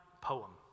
poem